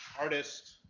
artist,